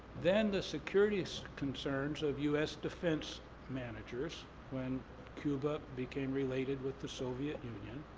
then the securities concerns of u s. defense managers when cuba became related with the soviet union,